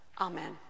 Amen